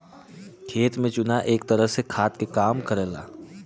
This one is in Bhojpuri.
खेत में चुना एक तरह से खाद के काम करला